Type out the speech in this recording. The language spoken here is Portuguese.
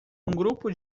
grupo